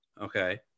okay